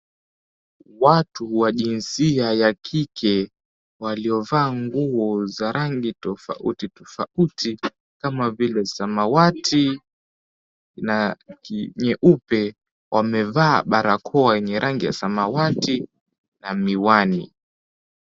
Watu wa jinsia ya kike, waliovaa nguo za rangi tofauti tofauti kama vile samawati na ki nyeupe, wamevaa barakoa yenye rangi ya samawati na miwani.